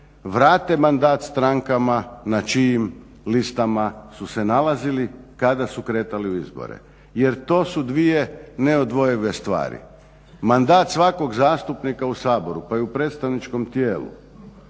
vrate mandat strankama na čijim listama su se nalazili kada su kretali u izbore jer to su dvije neodvojive stvari. Mandat svakog zastupnika u Saboru pa i u Predstavničkom tijelu